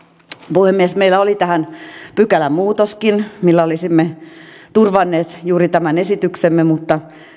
puhemies meillä oli tähän pykälämuutoskin millä olisimme turvanneet juuri tämän esityksemme mutta